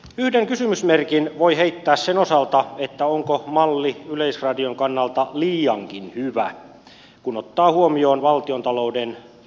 yhden kysymysmerkin voi heittää sen osalta onko malli yleisradion kannalta liiankin hyvä kun ottaa huomioon valtiontalouden sopeutustarpeet